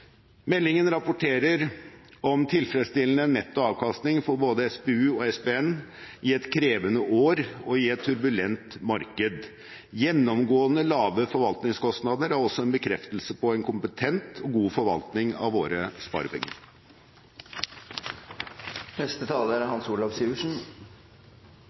Meldingen rapporterer om tilfredsstillende netto avkastning for både SPU og SPN i et krevende år og i et turbulent marked. Gjennomgående lave forvaltningskostnader er også en bekreftelse på en kompetent og god forvaltning av våre sparepenger. La meg slutte meg til den ros som er